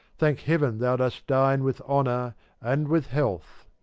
thank heaven thou dost dine with honor and with health.